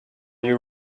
you